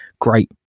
great